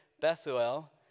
Bethuel